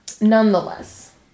nonetheless